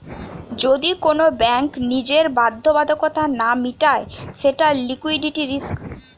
যদি কোন ব্যাঙ্ক নিজের বাধ্যবাধকতা না মিটায় সেটা লিকুইডিটি রিস্ক